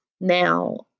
Now